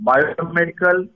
Biomedical